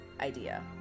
idea